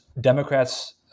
Democrats